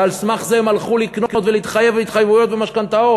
ועל סמך זה הם הלכו לקנות ולהתחייב התחייבויות ומשכנתאות.